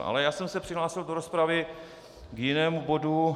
Ale já jsem se přihlásil do rozpravy k jinému bodu.